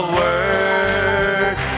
word